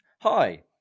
Hi